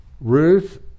Ruth